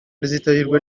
rizitabirwa